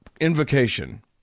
invocation